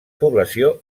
població